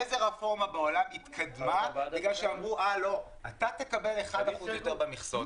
איזו רפורמה בעולם התקדמה בגלל שאמרו שאתה תקבל אחד אחוז במכסות?